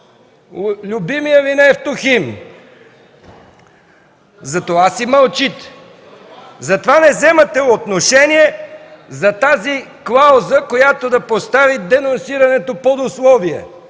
любимият Ви „Нефтохим”, затова си мълчите. Затова не вземате отношение за тази клауза, която да постави денонсирането под условие,